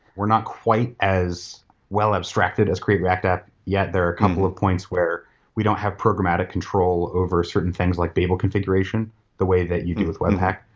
we're not quite as well abstracted as create react app yet. there are a couple of points where we don't have programmatic control over certain things like babel configuration the way that you do with web pack.